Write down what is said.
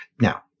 Now